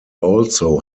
also